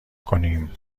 کنیم